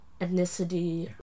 ethnicity